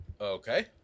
okay